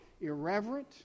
irreverent